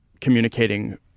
communicating